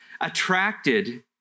attracted